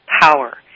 power